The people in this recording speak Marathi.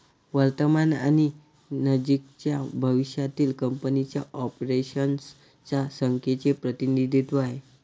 वर्तमान आणि नजीकच्या भविष्यातील कंपनीच्या ऑपरेशन्स च्या संख्येचे प्रतिनिधित्व आहे